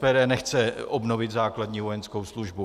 SPD nechce obnovit základní vojenskou službu.